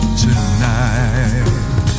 tonight